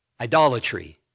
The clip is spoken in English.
idolatry